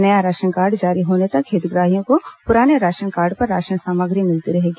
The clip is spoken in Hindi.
नया राशन कार्ड जारी होने तक हितग्राहियों को पुराने राशन कार्ड पर राशन सामग्री मिलती रहेगी